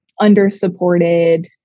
under-supported